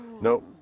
No